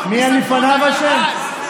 מי לפניו היה אשם?